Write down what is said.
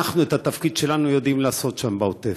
אנחנו את התפקיד שלנו יודעים לעשות שם, בעוטף: